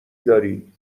داری